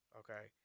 okay